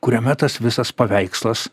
kuriame tas visas paveikslas